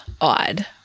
odd